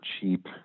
cheap